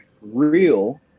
real